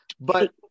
but-